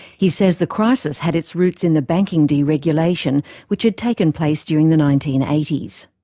he says the crisis had its roots in the banking deregulation which had taken place during the nineteen eighty s.